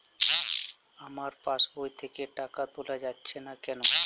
আমার পাসবই থেকে টাকা তোলা যাচ্ছে না কেনো?